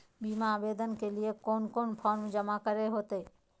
बीमा आवेदन के लिए कोन कोन फॉर्म जमा करें होते